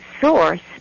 source